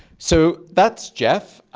so that's jeff.